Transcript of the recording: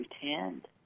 pretend